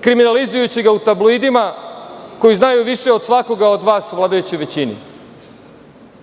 kriminalizujući ga u tabloidima koji znaju više od svakoga od vas u vladajućoj većini?